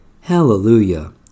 Hallelujah